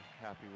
happy